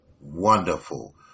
Wonderful